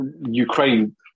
Ukraine